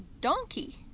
donkey